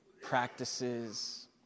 practices